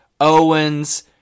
Owens